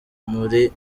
muri